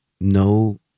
no